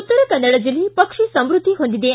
ಉತ್ತರ ಕನ್ನಡ ಜಿಲ್ಲೆ ಪಕ್ಷಿ ಸಮ್ಯದ್ದಿ ಹೊಂದಿದೆ